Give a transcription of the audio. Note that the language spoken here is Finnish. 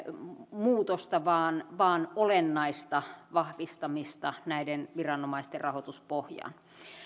muutosta vaan vaan olennaista vahvistamista näiden viranomaisten rahoituspohjaan